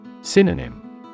synonym